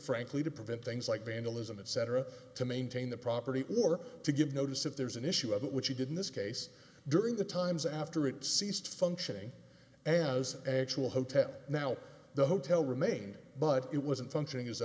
frankly to prevent things like vandalism etc to maintain the property or to give notice if there's an issue of it which he did in this case during the times after it ceased functioning as a actual hotel now the hotel remain but it wasn't functioning as a